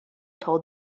told